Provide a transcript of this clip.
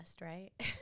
right